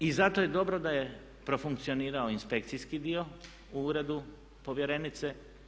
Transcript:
I zato je dobro da je profunkcionirao inspekcijski dio u uredu povjerenice.